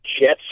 Jets